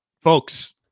folks